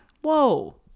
whoa